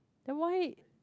then why